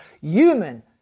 human